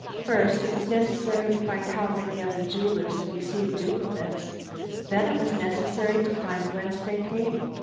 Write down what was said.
first it was necessary to find how many other jewelers had received duplicates then it was necessary to find whence they came.